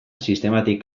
sistematik